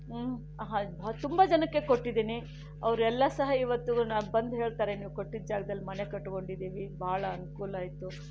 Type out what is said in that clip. ಹ ತುಂಬ ಜನಕ್ಕೆ ಕೊಟ್ಟಿದ್ದೀನಿ ಅವರೆಲ್ಲ ಸಹ ಇವತ್ತು ನ ಬಂದು ಹೇಳ್ತಾರೆ ನೀವು ಕೊಟ್ಟಿದ್ದ ಜಗದಲ್ಲಿ ಮನೆ ಕಟ್ಕೊಂಡಿದ್ದೀವಿ ಬಹಳ ಅನುಕೂಲ ಆಯಿತು